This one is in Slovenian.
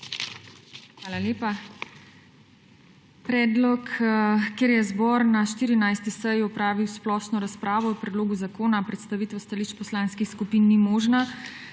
Hvala lepa. Ker je zbor na 14. seji opravil splošno razpravo o predlogu zakona, predstavitev stališč poslanskih skupin ni možna.